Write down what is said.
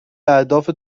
اهداف